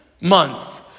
month